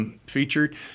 Featured